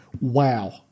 wow